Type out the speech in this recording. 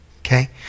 okay